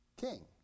king